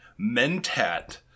Mentat